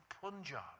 Punjab